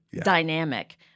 dynamic